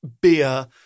beer